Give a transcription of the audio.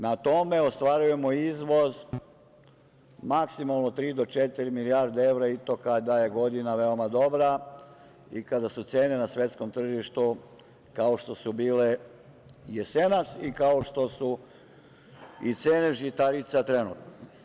Na tome ostvarujemo izvoz maksimalno tri do četiri milijarde evra i to kada je godina veoma dobra i kada su cene na svetskom tržištu kao što su bile jesenas i kao što su i cene žitarica trenutno.